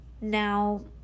Now